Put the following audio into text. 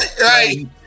Right